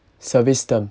service term